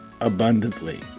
abundantly